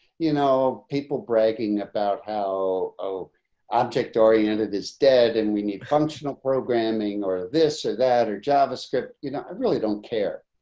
you know, people bragging about how object oriented is dead and we need functional programming or this or that or javascript, you know, i really don't care.